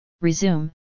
resume